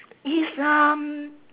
it's um